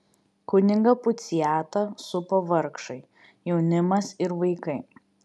kunigą puciatą supo vargšai jaunimas ir vaikai